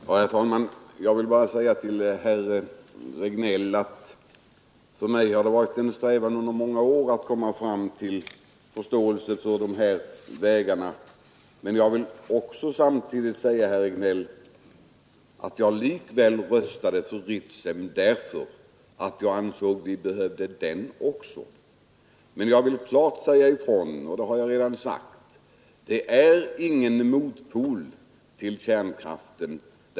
Herr talman! Jag vill bara säga till herr Regnéll att jag under många år har strävat efter att komma fram till förståelse för de här vägarna, men jag vill samtidigt också säga att jag likväl röstade för Ritsem därför att jag ansåg att vi behövde den kraftkällan också. Jag vill emellertid nu klart säga ifrån — det har jag gjort tidigare också — att Ritsem är ingen motpol till kärnkraften.